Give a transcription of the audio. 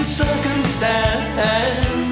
circumstance